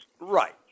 Right